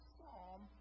Psalm